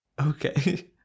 Okay